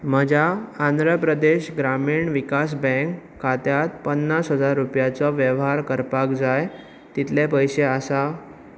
म्हज्या आंध्र प्रदेश ग्रामीण विकास बँक खात्यांत पन्नास हजार रुपयाचो वेव्हार करपाक जाय तितले पयशें आसा